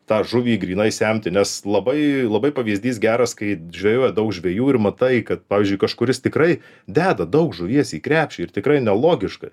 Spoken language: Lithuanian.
tą žuvį grynai semti nes labai labai pavyzdys geras kai žvejoja daug žvejų ir matai kad pavyzdžiui kažkuris tikrai deda daug žuvies į krepšį ir tikrai nelogiškai